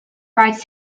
rights